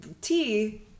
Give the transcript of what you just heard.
tea